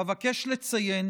אבקש לציין